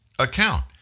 account